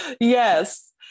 Yes